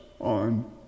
on